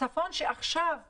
הצפון שעכשיו פורח,